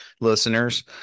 listeners